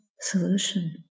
solution